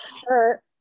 sure